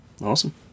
awesome